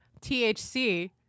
THC